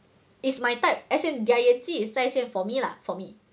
it's my type as in their 演技 is 在现 for me lah for me